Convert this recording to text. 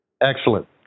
Excellent